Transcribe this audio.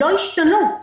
לא השתנו.